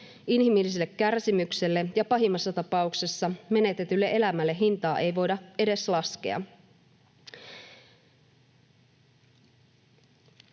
Inhimilliselle kärsimykselle ja pahimmassa tapauksessa menetetylle elämälle hintaa ei voida edes laskea.